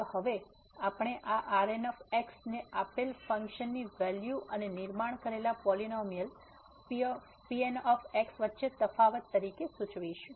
તો હવે આપણે આ Rn ને આપેલ ફંક્શન ની વેલ્યુ અને નિર્માણ કરેલા પોલીનોમીઅલ Pn વચ્ચેના તફાવત તરીકે સૂચવીશું